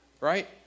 right